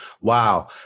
Wow